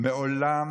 מעולם